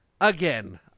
again